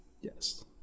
Yes